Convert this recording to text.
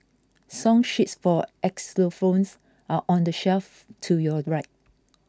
song sheets for xylophones are on the shelf to your right